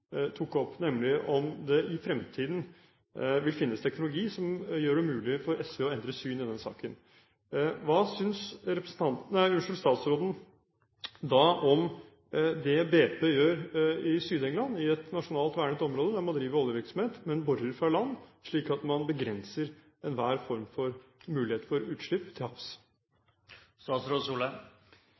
tok opp, nemlig om det i fremtiden vil finnes teknologi som gjør det mulig for SV å endre syn i denne saken. Hva synes statsråden om det BP gjør i Sør-England i et nasjonalt vernet område, der man driver oljevirksomhet, men borer fra land, slik at man begrenser enhver form for mulighet for utslipp til